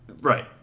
Right